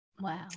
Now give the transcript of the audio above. Wow